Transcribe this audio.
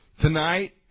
Tonight